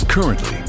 Currently